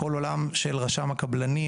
כל עולם של רשם הקבלנים,